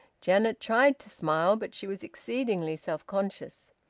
janet tried to smile, but she was exceedingly self-conscious.